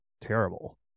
terrible